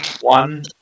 One